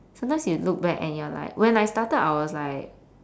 sometimes you look back and you're like when I started I was like